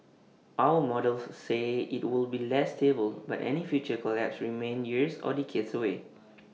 our models say IT will be less stable but any future collapse remains years or decades away